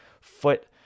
foot